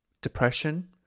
depression